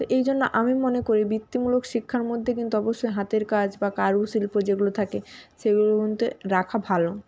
তো এই জন্য আমি মনে করি বৃত্তিমূলক শিক্ষার মধ্যে কিন্তু অবশ্যই হাতের কাজ বা কারুশিল্প যেগুলো থাকে সেগুলো কিন্তু রাখা ভালো